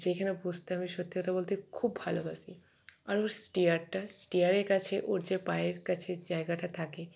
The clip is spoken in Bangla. যেইখানে বসতে আমি সত্যি কথা বলতে খুব ভালোবাসি আর ওর স্টেয়ারটা স্টেয়ারের কাছে ওর যে পায়ের কাছের জায়গাটা থাকে